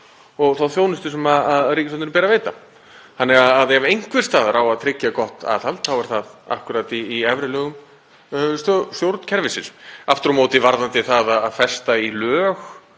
og þá þjónustu sem ríkisstjórninni ber að veita. Þannig að ef einhvers staðar á að tryggja gott aðhald þá er það akkúrat í efri lögum stjórnkerfisins. Aftur á móti varðandi það að festa skipan